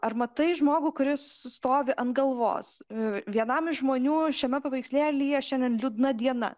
ar matai žmogų kuris stovi ant galvos vienam iš žmonių šiame paveikslėlyje šiandien liūdna diena